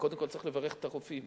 וקודם כול, צריך לברך את הרופאים